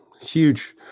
huge